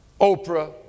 Oprah